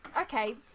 okay